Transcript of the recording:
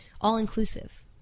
all-inclusive